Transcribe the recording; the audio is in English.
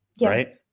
Right